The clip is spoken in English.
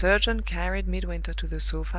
the surgeon carried midwinter to the sofa,